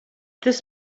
this